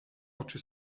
oczy